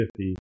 50